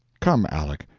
come, aleck,